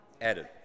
added